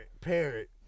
Parrot